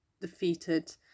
defeated